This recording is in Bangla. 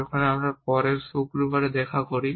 যখন আমরা পরের শুক্রবারে দেখা করি